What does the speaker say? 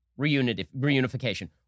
reunification